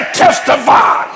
testify